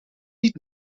niet